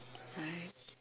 right